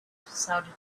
sounded